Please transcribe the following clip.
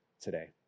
today